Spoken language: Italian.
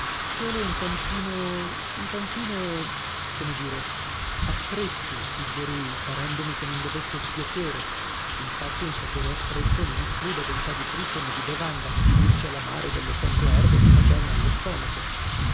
solo un tantino un tantino come dire aspretti suggerii parendomi che non dovesse spiacere infatti un sapore aspretto non esclude bontà di frutto nè di bevanda e c'è l'amaro delle cento erbe che fa bene allo stomaco